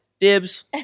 dibs